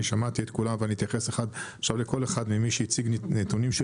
אני שמעתי את כולם ואני אתייחס עכשיו לכל אחד ממי שהציג נתונים,